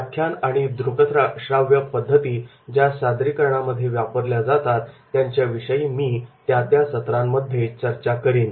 व्याख्यान आणि दृकश्राव्य पद्धती ज्या सादरीकरणामध्ये वापरल्या जातात त्यांच्याविषयी मी त्या त्या सत्रामध्ये चर्चा करीन